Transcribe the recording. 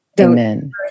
Amen